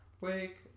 Wake